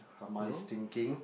her mind is thinking